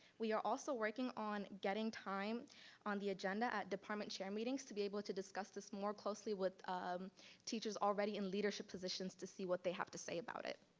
we are also working on getting time on the agenda at department chair meetings to be able to discuss this more closely with teachers already in leadership positions to see what they have to say about it.